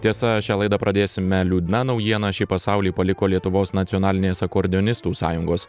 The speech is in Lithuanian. tiesa šią laidą pradėsime liūdna naujiena šį pasaulį paliko lietuvos nacionalinės akordeonistų sąjungos